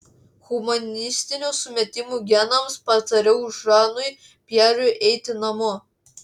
humanistinių sumetimų genamas patariau žanui pjerui eiti namo